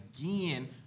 again